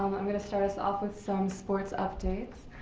i'm gonna start us off with some sports updates.